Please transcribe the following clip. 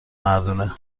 مردونه